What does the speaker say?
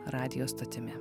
radijo stotimi